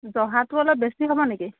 জহাটো অলপ বেছি হ'ব নেকি